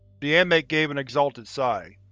the inmate gave an exalted sigh.